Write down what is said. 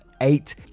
eight